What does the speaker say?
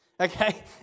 Okay